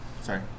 Sorry